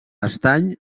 estany